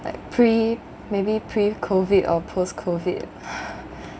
like pre maybe pre COVID or post COVID